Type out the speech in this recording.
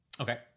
okay